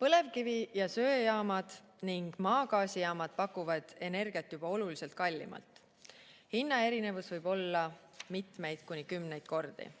Põlevkivi- ja söejaamad ning maagaasijaamad pakuvad energiat juba oluliselt kallimalt. Hinnaerinevus võib olla mitmeid, kuni kümneid